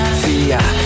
fear